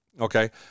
Okay